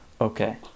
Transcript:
okay